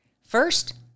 First